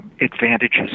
advantages